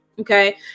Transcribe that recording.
Okay